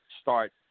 start